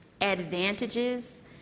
advantages